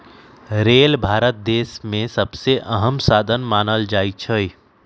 rail Bharat देश में सबसे अहम साधन मानल जाई छई